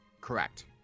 correct